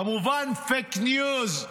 כמובן, פייק ניוז.